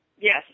Yes